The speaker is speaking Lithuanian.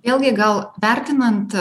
ilgai gal vertinant